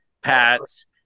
Pat's